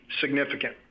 significant